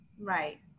Right